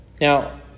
Now